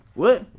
what?